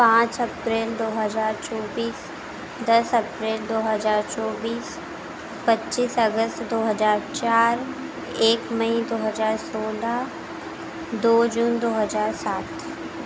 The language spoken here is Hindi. पाँच अप्रैल दो हज़ार चौबीस दस अप्रैल दो हज़ार चौबीस पच्चीस अगस्त दो हज़ार चार एक मई दो हज़ार सोलह दो जून दो हज़ार सात